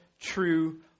true